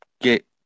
get